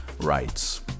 rights